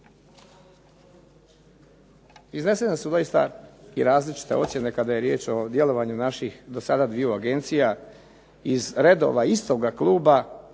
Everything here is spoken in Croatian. Iznesene su doista i različite ocjene kada je riječ o djelovanju naših do sada dviju agencija iz redova istoga kluba